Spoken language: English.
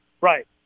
Right